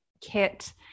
Kit